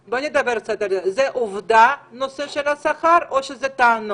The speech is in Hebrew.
זו עובדה, הנושא של השכר, או שזה טענות?